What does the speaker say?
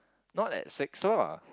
not like sex lah